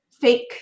fake